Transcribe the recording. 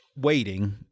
waiting